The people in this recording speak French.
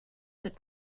cette